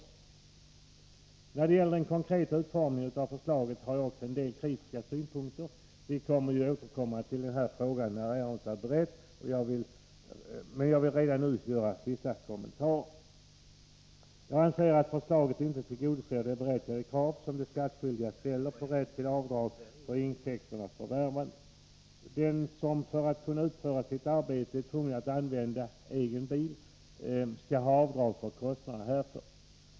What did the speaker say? Också när det gäller den konkreta utformningen av förslaget har jag en del kritiska synpunkter. Vi får möjlighet att återkomma till den här frågan när ärendet är berett, men jag vill redan nu göra vissa kommentarer. Jag anser att förslaget inte tillgodoser det berättigade krav som de skattskyldiga ställer på rätt till avdrag för intäkternas förvärvande. Den som för att kunna utföra sitt arbete är tvungen att använda egen bil skall få göra avdrag för kostnaden härför.